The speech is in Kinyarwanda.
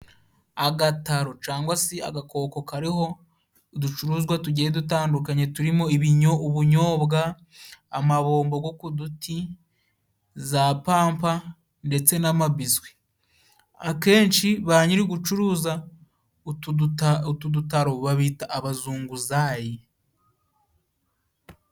Agataro cangwa si agakoko kariho uducuruzwa tugiye dutandukanye turimo ibinyo ubunyobwa, amabombo go ku duti, za pampa ndetse n'amabiswi. Akenshi ba nyirugucuruza utu duta utu dutaro babita abazunguzayi.